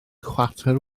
chwarter